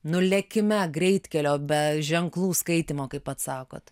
nu lėkime greitkelio be ženklų skaitymo kaip pats sakot